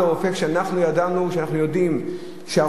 כשאנחנו יודעים שהרופא,